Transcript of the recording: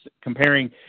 comparing